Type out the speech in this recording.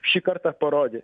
šį kartą parodė